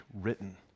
written